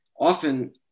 often